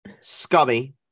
scummy